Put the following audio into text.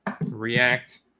React